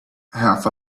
half